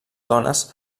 dones